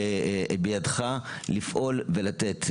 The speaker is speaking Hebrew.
בידך לפעול ולתת.